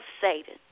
Satan